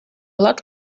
lot